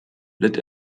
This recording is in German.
litt